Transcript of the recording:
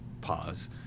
pause